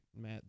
matt